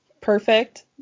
perfect